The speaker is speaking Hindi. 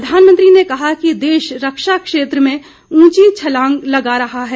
प्रधानमंत्री ने कहा कि देश रक्षा क्षेत्र में ऊंची छलांग लगा रहा है